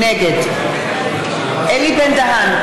נגד אלי בן-דהן,